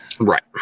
Right